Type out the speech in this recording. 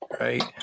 Right